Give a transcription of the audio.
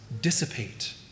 dissipate